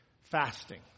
fasting